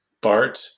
Bart